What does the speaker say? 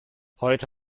heute